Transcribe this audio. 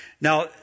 Now